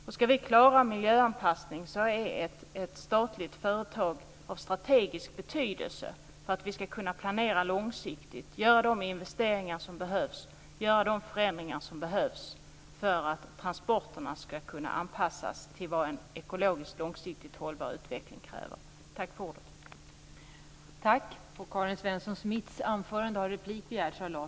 För att vi ska klara en miljöanpassning är ett statligt företag av strategisk betydelse, bl.a. för att vi ska kunna planera långsiktigt och göra de investeringar och förändringar som behövs för att transporterna ska kunna anpassas till vad vår ekologiskt långsiktigt hållbara utveckling kräver.